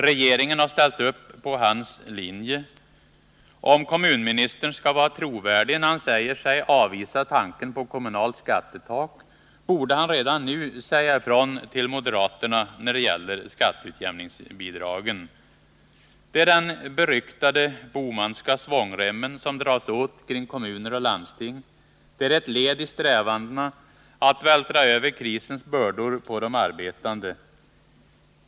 Regeringen har ställt upp på hans linje. Om kommunministern skall vara trovärdig när han säger sig avvisa tanken på kommunalt skattetak, borde han redan nu säga ifrån till moderaterna när det gäller skatteutjämningsbidragen. Det är den beryktade Bohmanska svångremmen som dras åt kring kommuner och landsting. Det är ett led i strävandena att vältra över krisens bördor på de arbetande.